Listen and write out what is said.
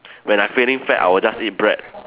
when I feeling fat I will just eat bread